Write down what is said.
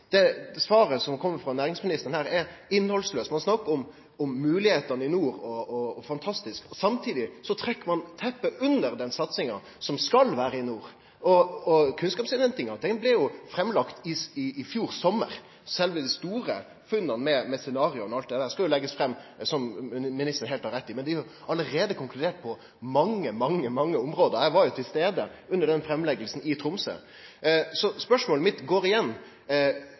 det svaret som kjem frå næringsministeren her, innhaldslaust. Ein snakkar om fantastiske moglegheiter i nord – samtidig trekkjer ein teppet under den satsinga som skal vere i nord. Kunnskapsinnhentinga blei lagd fram i fjor sommar. Sjølve dei store funna, med scenario og alt det der, skal jo leggjast fram – som ministeren har heilt rett i – men det er allereie konkludert på mange, mange område. Eg var til stades under framlegginga i Tromsø. Så spørsmålet mitt er igjen: